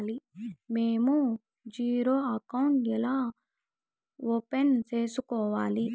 మేము zero account ఎలా open సేసుకోవాలి